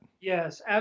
Yes